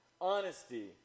honesty